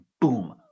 boom